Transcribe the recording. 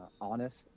honest